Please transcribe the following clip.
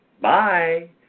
Bye